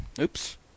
Oops